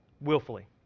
Willfully